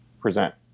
present